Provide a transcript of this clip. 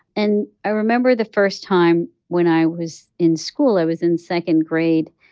and i remember the first time when i was in school, i was in second grade.